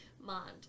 mind